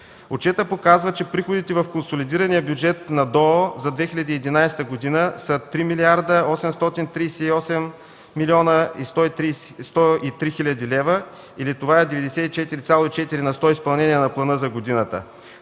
Отчетът показва, че приходите в консолидирания бюджет на ДОО за 2011 г. са 3 млрд. 838 млн. 103 хил. лв., или това е 94.4 на сто изпълнение на плана за годината.